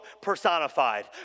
personified